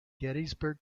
gettysburg